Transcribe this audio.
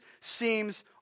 seems